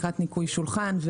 לקראת ניקוי שולחן,